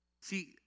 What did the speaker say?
See